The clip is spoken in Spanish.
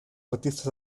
artistas